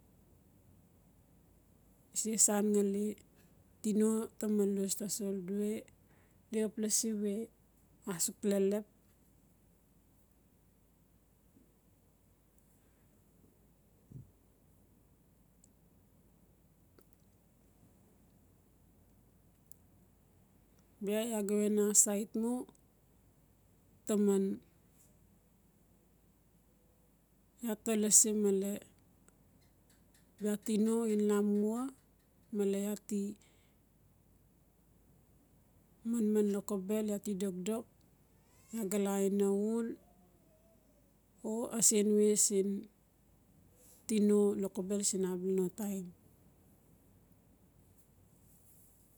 Se san nganil tino, ta malus tasol, gi we xap lasi we a suk lelep. bia iaa we na aisat mu taman, iaa ti lasi male bia tino ngan lamua mele iaa ti manman lokobel iaa ti dokdok iaa ga la aina ul o a sen we siin tino lokobel siin a bia no taim.